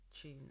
tune